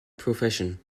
profession